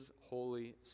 Holy